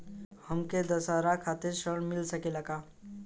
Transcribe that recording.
हमके दशहारा खातिर ऋण मिल सकेला का?